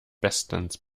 bestens